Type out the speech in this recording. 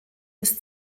bis